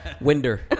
Winder